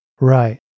Right